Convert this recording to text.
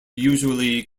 usually